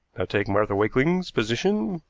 take martha wakeling's position.